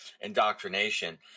indoctrination